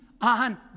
on